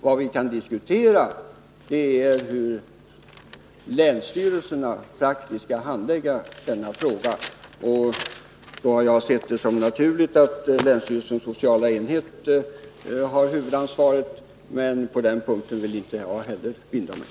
Vad vi kan diskutera är hur länsstyrelserna praktiskt skall handlägga denna fråga. Då har jag sett det som naturligt att länsstyrelsens sociala enhet har huvudansvaret. Men på den punkten vill inte jag heller binda mig.